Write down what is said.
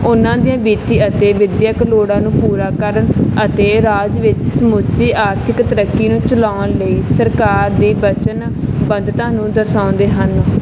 ਉਹਨਾਂ ਦੀਆਂ ਵਿੱਤੀ ਅਤੇ ਵਿੱਦਿਅਕ ਲੋੜਾਂ ਨੂੰ ਪੂਰਾ ਕਰਨ ਅਤੇ ਰਾਜ ਵਿੱਚ ਸਮੁੱਚੀ ਆਰਥਿਕ ਤਰੱਕੀ ਨੂੰ ਚਲਾਉਣ ਲਈ ਸਰਕਾਰ ਦੀ ਵਚਨਬੱਧਤਾ ਨੂੰ ਦਰਸਾਉਂਦੇ ਹਨ